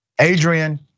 Adrian